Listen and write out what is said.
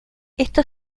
esto